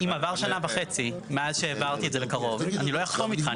אם עברה שנה וחצי מאז שהעברתי את זה לקרוב אני לא אחתום איתך,